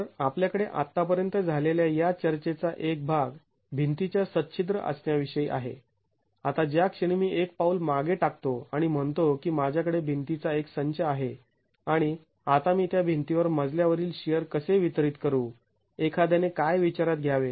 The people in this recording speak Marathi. तर आपल्याकडे आतापर्यंत झालेल्या या चर्चेचा एक भाग भिंतीच्या सच्छिद्र असण्याविषयी आहे आता ज्या क्षणी मी एक पाऊल मागे टाकतो आणि म्हणतो की माझ्याकडे भिंतीचा एक संच आहे आणि आता मी त्या भिंतीवर मजल्या वरील शिअर कसे वितरित करू एखाद्याने काय विचारात घ्यावे